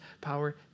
power